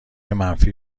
منفی